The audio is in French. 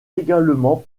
également